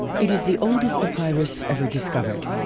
it is the oldest papyrus ever discovered.